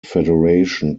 federation